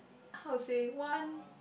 how to say one